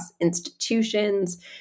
institutions